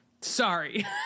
Sorry